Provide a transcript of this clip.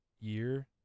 year